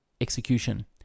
execution